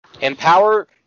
Empower